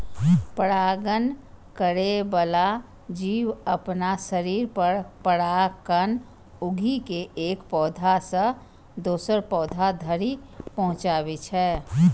परागण करै बला जीव अपना शरीर पर परागकण उघि के एक पौधा सं दोसर पौधा धरि पहुंचाबै छै